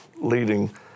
leading